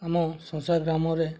ଆମ ସଂସା ଗ୍ରାମରେ